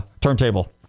turntable